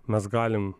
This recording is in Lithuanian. mes galim